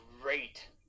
Great